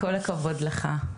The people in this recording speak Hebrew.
כל הכבוד לך.